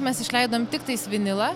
mes išleidom tiktais vinilą